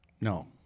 No